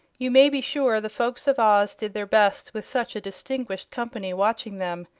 you may be sure the folks of oz did their best with such a distinguished company watching them,